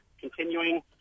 continuing